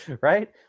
right